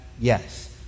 Yes